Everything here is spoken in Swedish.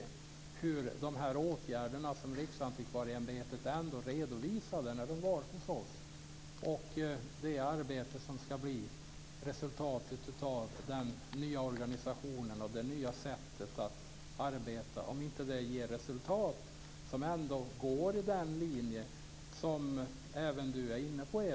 Vi får se om de åtgärder som man från Riksantikvarieämbetet redovisade när de var hos oss - det arbete som skall komma ur den nya organisationen och det nya sättet att arbeta - om inte det ger resultat som ändå går i den linje som även Ewa Larsson är inne på.